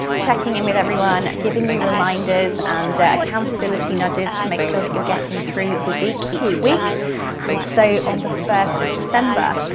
checking in with everyone, giving you reminders and accountability nudges to make sure that you're getting through the week each week and so on the first of december,